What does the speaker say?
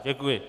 Děkuji.